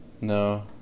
No